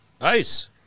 Nice